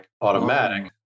automatic